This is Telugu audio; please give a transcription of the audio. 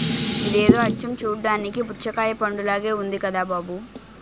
ఇదేదో అచ్చం చూడ్డానికి పుచ్చకాయ పండులాగే ఉంది కదా బాబూ